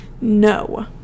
No